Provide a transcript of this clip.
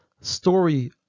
story